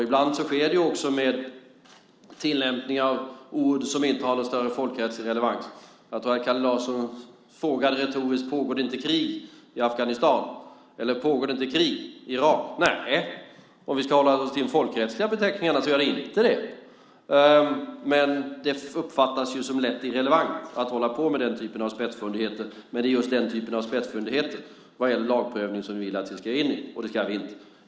Ibland sker det också med tillämpning av ord som inte har någon större folkrättslig relevans. Jag tror att Kalle Larsson retoriskt frågade: Pågår det inte krig i Afghanistan, eller pågår det inte krig i Irak? Nej, om vi ska hålla oss till de folkrättsliga beteckningarna gör det inte det. Men det uppfattas ju som lätt irrelevant att hålla på med just den typen av spetsfundigheter vad gäller lagprövning som du vill att vi ska ge oss in i, och det ska vi inte.